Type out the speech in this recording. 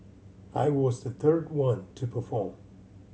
I was the third one to perform